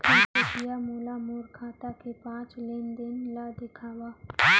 कृपया मोला मोर खाता के पाँच लेन देन ला देखवाव